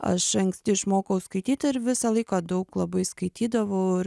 aš anksti išmokau skaityti ir visą laiką daug labai skaitydavau ir